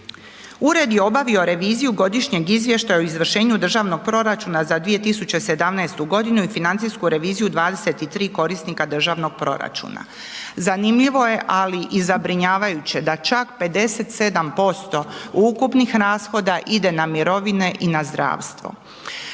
Ured je obavio reviziju godišnjeg izvještaja o izvršenju državnog proračuna za 2017.g. i financijsku reviziju 23 korisnika državnog proračuna. Zanimljivo je, ali i zabrinjavajuće da čak 57% ukupnih rashoda ide na mirovine i na zdravstvo.